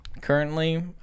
currently